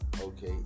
Okay